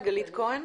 גלית כהן?